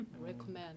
recommend